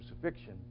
crucifixion